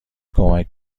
کمک